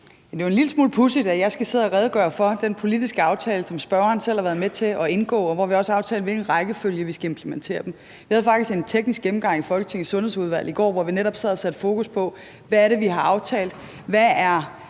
Det er en lille smule pudsigt, at jeg skal sidde og redegøre for den politiske aftale, som spørgeren selv har været med til at indgå, og hvor vi også har aftalt, i hvilken rækkefølge vi skal implementere den. Vi havde faktisk en teknisk gennemgang i Folketingets Sundhedsudvalg i går, hvor vi netop sad og satte fokus på, hvad det er, vi har aftalt,